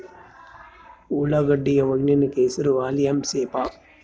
ಉಳ್ಳಾಗಡ್ಡಿ ಯ ವೈಜ್ಞಾನಿಕ ಹೆಸರು ಅಲಿಯಂ ಸೆಪಾ